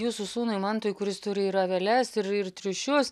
jūsų sūnui mantui kuris turi ir aveles ir ir triušius